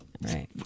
Right